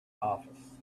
office